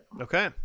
Okay